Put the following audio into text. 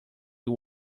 you